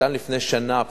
פסק-הדין ניתן לפני שנה,